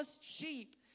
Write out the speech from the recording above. sheep